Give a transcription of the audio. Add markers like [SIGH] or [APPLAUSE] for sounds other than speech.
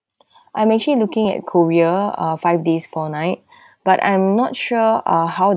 [BREATH] I'm actually looking at korea uh five days four night [BREATH] but I'm not sure ah how the